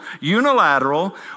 unilateral